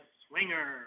swinger